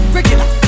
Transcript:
Regular